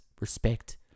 respect